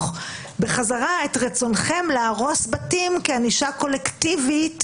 בחזרה את רצונכם להרוס בתים כענישה קולקטיבית,